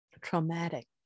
traumatic